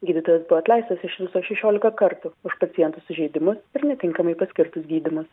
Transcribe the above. gydytojas buvo atleistas iš viso šešiolika kartų už paciento sužeidimus ir netinkamai paskirtus gydymus